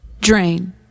Drain